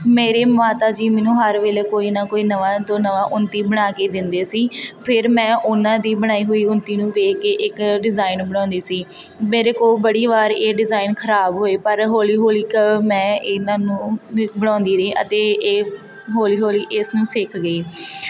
ਮੇਰੀ ਮਾਤਾ ਜੀ ਮੈਨੂੰ ਹਰ ਵੇਲੇ ਕੋਈ ਨਾ ਕੋਈ ਨਵਾਂ ਤੋਂ ਨਵਾਂ ਉਨਤੀ ਬਣਾ ਕੇ ਦਿੰਦੇ ਸੀ ਫਿਰ ਮੈਂ ਉਹਨਾਂ ਦੀ ਬਣਾਈ ਹੋਈ ਉਨਤੀ ਨੂੰ ਵੇਖ ਕੇ ਇੱਕ ਡਿਜ਼ਾਇਨ ਬਣਾਉਂਦੀ ਸੀ ਮੇਰੇ ਕੋਲ ਬੜੀ ਵਾਰ ਇਹ ਡਿਜ਼ਾਇਨ ਖਰਾਬ ਹੋਏ ਪਰ ਹੌਲੀ ਹੌਲੀ ਇੱਕ ਮੈਂ ਇਹਨਾਂ ਨੂੰ ਬਣਾਉਂਦੀ ਰਹੀ ਅਤੇ ਇਹ ਹੌਲੀ ਹੌਲੀ ਇਸ ਨੂੰ ਸਿੱਖ ਗਈ